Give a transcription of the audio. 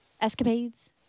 escapades